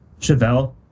Chevelle